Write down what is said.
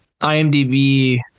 IMDB